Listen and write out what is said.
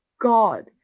God